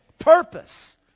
Purpose